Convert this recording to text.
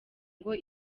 ngo